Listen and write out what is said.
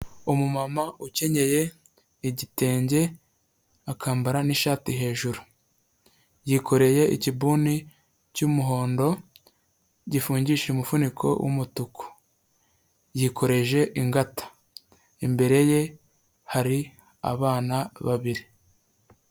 Umumama ukenyeye igitenge akambara n'ishati hejuru. Yikoreye ikibuni cy'umuhondo gifungishije umufuniko w'umutuku, yikoreje ingata. Imbere ye hari abana babiri.